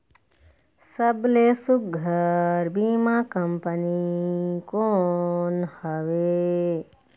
सबले सुघ्घर बीमा कंपनी कोन हवे?